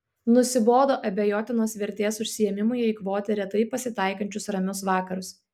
nusibodo abejotinos vertės užsiėmimui eikvoti retai pasitaikančius ramius vakarus